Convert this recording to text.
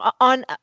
on